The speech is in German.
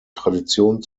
tradition